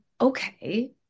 okay